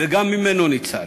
וגם ממנו ניצל.